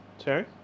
Sorry